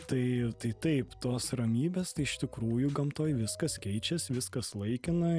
tai tai taip tos ramybės tai iš tikrųjų gamtoj viskas keičias viskas laikina